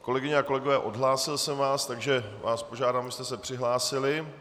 Kolegyně a kolegové, odhlásil jsem vás, takže vás požádám, abyste se přihlásili.